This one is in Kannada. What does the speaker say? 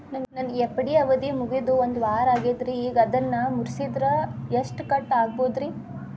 ನನ್ನ ಎಫ್.ಡಿ ಅವಧಿ ಮುಗಿದು ಒಂದವಾರ ಆಗೇದ್ರಿ ಈಗ ಅದನ್ನ ಮುರಿಸಿದ್ರ ಎಷ್ಟ ಕಟ್ ಆಗ್ಬೋದ್ರಿ?